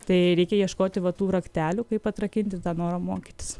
tai reikia ieškoti va tų raktelių kaip atrakinti tą norą mokytis